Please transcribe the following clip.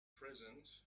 present